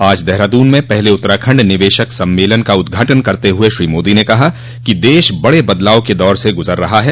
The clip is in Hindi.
आज देहरादून में पहले उत्तराखंड निवेशक सम्मेलन का उद्घाटन करते हुए श्री मोदी ने कहा कि देश बड़े बदलाव के दौर से गूजर रहा है